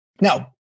Now